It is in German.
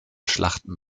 schlachten